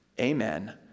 Amen